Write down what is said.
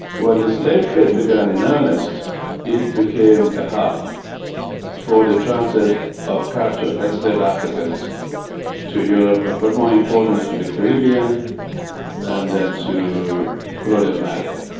when the slave trade began in earnest it became a hub for the transit of captured enslaved africans to europe ah but more importantly to the caribbean and then to colonial america.